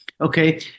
okay